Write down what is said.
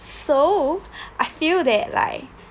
so I feel that like